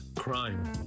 Crime